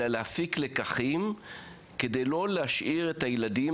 אלא להפיק לקחים כדי לא להשאיר את הילדים